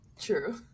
True